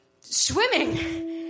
swimming